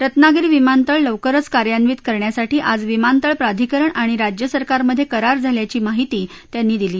रत्नागिरी विमानतळ लवकरच कार्यान्वित करण्यासाठी आज विमानतळ प्राधिकरण आणि राज्य सरकारमध्ये करार झाल्याची माहिती त्यांनी दिली